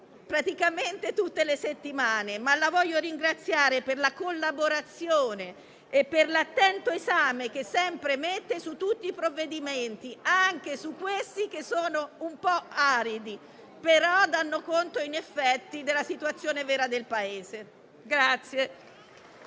praticamente tutte le settimane. Voglio ringraziarla per la collaborazione e per l'attento esame che sempre fa su tutti i provvedimenti, anche su questi, che sono un po' aridi e che però, in effetti, danno conto della situazione vera del Paese.